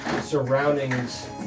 surroundings